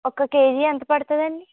ఒక కేజీ ఎంత పడతుందండి